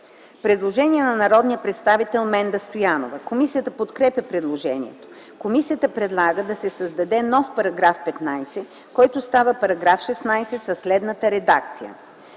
предложение от народния представител Менда Стоянова. Комисията подкрепя предложението. Комисията предлага да се създаде нов § 15, който става § 16, със следната редакция: